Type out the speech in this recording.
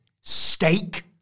steak